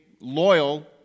loyal